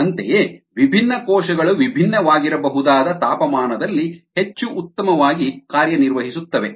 ಅಂತೆಯೇ ವಿಭಿನ್ನ ಕೋಶಗಳು ವಿಭಿನ್ನವಾಗಿರಬಹುದಾದ ತಾಪಮಾನದಲ್ಲಿ ಹೆಚ್ಚು ಉತ್ತಮವಾಗಿ ಕಾರ್ಯನಿರ್ವಹಿಸುತ್ತವೆ